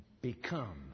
become